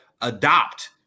adopt